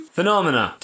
Phenomena